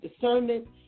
discernment